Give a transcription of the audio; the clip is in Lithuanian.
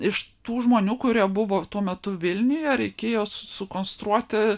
iš tų žmonių kurie buvo tuo metu vilniuje reikėjo sukonstruoti